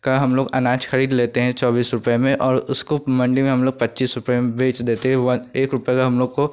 का हम लोग अनाज खरीद लेते हैं चौबिस रुपये में और उसको मंडी में हम लोग पच्चिस रुपये में बेच देते हैं वन एक रुपये का हम लोग को